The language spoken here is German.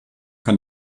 kann